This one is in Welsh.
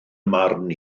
marn